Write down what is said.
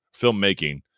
filmmaking